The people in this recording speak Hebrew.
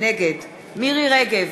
נגד מירי רגב,